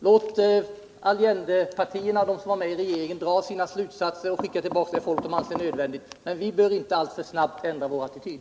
Låt Allendepartierna och de som då var med i regeringen dra sina slutsatser och skicka tillbaka det folk som de anser att det är nödvändigt att sända tillbaka. Vi bör emellertid inte alltför snart ändra vår attityd.